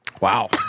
Wow